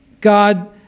God